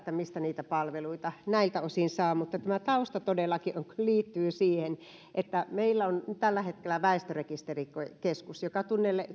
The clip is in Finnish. mistä niitä palveluita näiltä osin saa tämä tausta todellakin liittyy siihen että meillä on tällä hetkellä väestörekisterikeskus joka